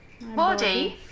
body